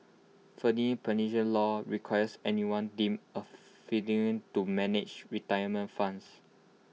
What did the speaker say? federal pension law requires anyone deemed A fiduciary to manage retirement funds